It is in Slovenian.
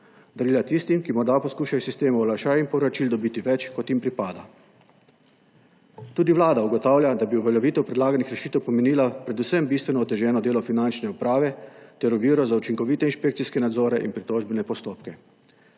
Darila tistim, ki morda poskušajo iz sistema olajšav in povračil dobiti več, kot jim pripada. Tudi Vlada ugotavlja, da bi uveljavitev predlaganih rešitev pomenila predvsem bistveno oteženo delo Finančne uprave ter oviro za učinkovite inšpekcijske nadzore in pritožbene postopke.